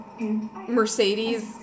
Mercedes